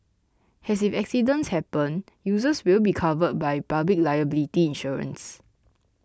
and if accidents happen users will be covered by public liability insurance